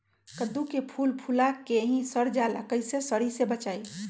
कददु के फूल फुला के ही सर जाला कइसे सरी से बचाई?